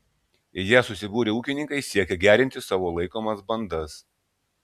į ją susibūrę ūkininkai siekia gerinti savo laikomas bandas